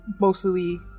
mostly